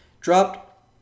dropped